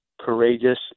courageous